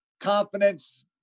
confidence